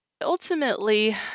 ultimately